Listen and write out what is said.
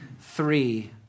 three